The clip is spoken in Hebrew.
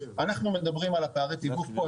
אנחנו מדברים על הפערי תיווך פה,